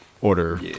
order